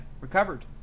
recovered